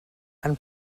amb